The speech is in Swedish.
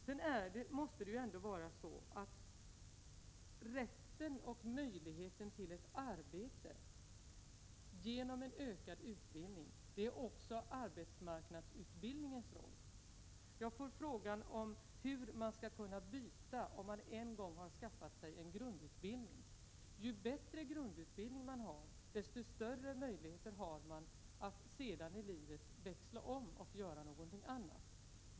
Sedan måste det ändå vara så att rätten och möjligheten till ett arbete genom en ökad utbildning också är arbetsmarknadsutbildningens mål. Jag får frågan om hur man skall kunna byta om man en gång har skaffat sig en grundutbildning. Ju bättre grundutbildning man har, desto större möjligheter har man att senare i livet växla om och göra någonting annat.